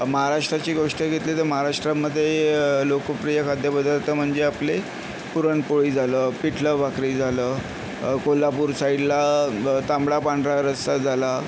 महाराष्ट्राची गोष्ट घेतली तर महाराष्ट्रामध्ये लोकप्रिय खाद्यपदार्थ म्हणजे आपले पुरणपोळी झालं पिठलं भाकरी झालं कोल्हापूर साईडला तांबडा पांढरा रस्सा झाला